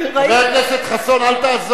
חבר הכנסת חסון, אל תעזור לי.